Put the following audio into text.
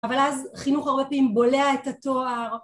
אבל אז חינוך הרבה פעמים בולע את התואר